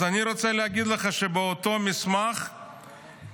אז אני רוצה להגיד לך שאותו מסמך מתעד